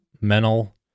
mental